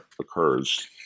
occurs